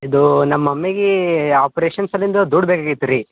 ಇದು ನಮ್ಮ ಮಮ್ಮಿಗೆ ಆಪ್ರೇಷನ್ ಸಲಿಂದ ದುಡ್ಡು ಬೇಕು ಇತ್ರೀ